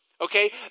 Okay